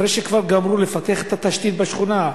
אחרי שכבר גמרו לפתח את התשתית בשכונה,